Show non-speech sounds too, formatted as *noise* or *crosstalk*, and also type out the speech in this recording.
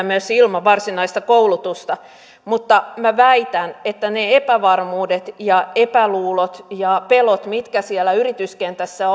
*unintelligible* myös ilman varsinaista koulutusta mutta väitän että ne epävarmuudet epäluulot ja pelot mitkä siellä yrityskentässä *unintelligible*